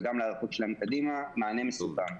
וגם להיערכות שלהם קדימה מענה מסודר.